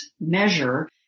measure